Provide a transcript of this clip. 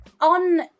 on